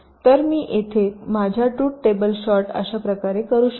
तर मी इथे माझ्या ट्रुथ टेबल शॉर्ट अशा प्रकारे करू शकतो